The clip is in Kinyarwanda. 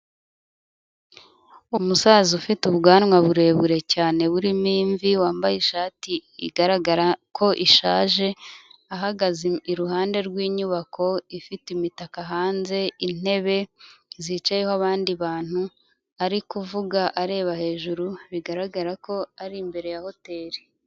Umusaza ufite ubwanwa burebure cyane burimo imvi, wambaye ishati igaragara ko ishaje ahagaze iruhande rw'inyubako ifite imitaka hanze, intebe zicayeho abandi bantu ari kuvuga areba hejuru, bigaragara ko ari imbere ya hoteli.